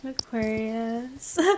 Aquarius